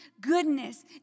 goodness